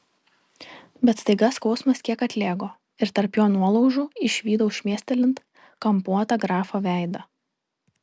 bet staiga skausmas kiek atlėgo ir tarp jo nuolaužų išvydau šmėstelint kampuotą grafo veidą